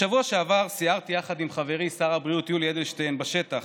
בשבוע שעבר סיירתי יחד עם חברי שר הבריאות יולי אדלשטיין בשטח,